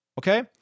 Okay